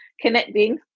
connecting